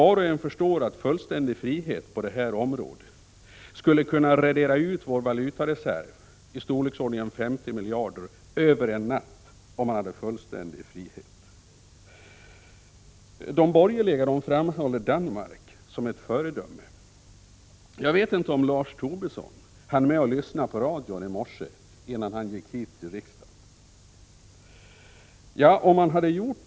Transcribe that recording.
Var och en förstår att fullständig frihet på de här områdena skulle kunna radera ut valutareserven, i storleksordningen 50 miljarder, över en natt. De borgerliga framhåller Danmark som ett föredöme. Jag vet inte om Lars Tobisson hann med att lyssna på radion i morse, innan han gick hit till riksdagen.